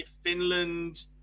Finland